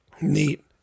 Neat